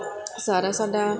ਸਾਰਾ ਸਾਡਾ